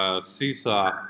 seesaw